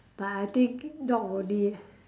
but I think dog only